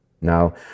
Now